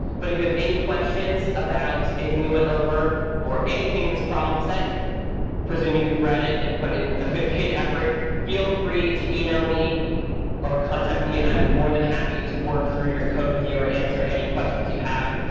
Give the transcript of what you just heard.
but if you have any questions about anything we went over or anything in this problem set presuming you've read it and put in a good-faith effort feel free to email me or contact me. i'm more than happy to work through your code with you or answer any questions you have.